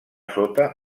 sota